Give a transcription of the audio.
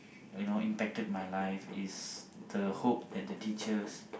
you know impacted my life is the hope that the teachers